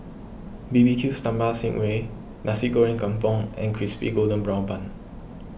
B B Q Sambal Sting Ray Nasi Goreng Kampung and Crispy Golden Brown Bun